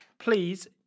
please